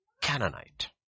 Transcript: Canaanite